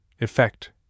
effect